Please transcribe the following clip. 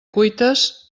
cuites